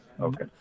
Okay